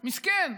מסכן.